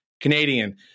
Canadian